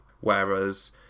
whereas